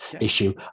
issue